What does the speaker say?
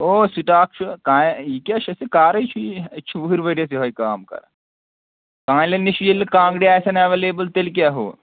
او stock چھُ کانٛہہ یہِ کیٛاہ چھِ اَسے کارٕے چھُ ییی أسۍ چھُ ؤہٕرۍ ؤرۍیَس یِہٕے کٲم کَرن کانلیٚن نِش ییٚلہِ نہٕ کانٛگٕرِ آسان ایویلیبٕل تیٚلہِ کیٛاہ ہُہ